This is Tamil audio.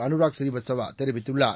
அனுராக் ப்ரீவத்சவாதெரிவித்துள்ளார்